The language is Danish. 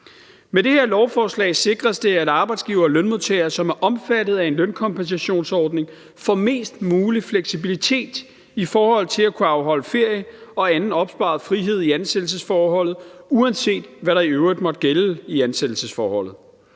Med det her lovforslag sikres det, at arbejdsgivere og lønmodtagere, som er omfattet af en lønkompensationsordning, får mest mulig fleksibilitet i forhold til at kunne afholde ferie og anden opsparet frihed i ansættelsesforholdet, uanset hvad der i øvrigt måtte gælde i ansættelsesforholdet.